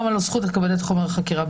קמה לו זכות לקבל את חומר החקירה.